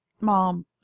Mom